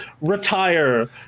retire